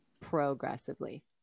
progressively